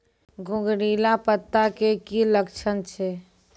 घुंगरीला पत्ता के की लक्छण छै?